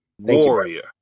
warrior